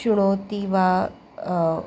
शृणोति वा